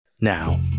now